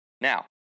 Now